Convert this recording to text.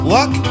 Luck